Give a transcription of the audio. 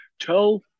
Tell